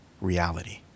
reality